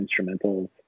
instrumentals